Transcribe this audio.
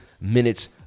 minutes